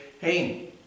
hey